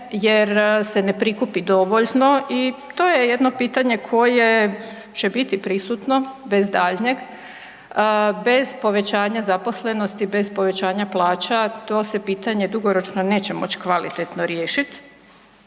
jer se ne prikupi dovoljno i to je jedno pitanje koje će biti prisutno bez daljnjeg. Bez povećanja zaposlenosti, bez povećanja plaća to se pitanje dugoročno neće moć kvalitetno riješit.